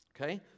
Okay